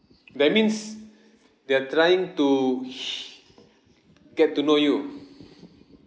that means they are trying to get to know you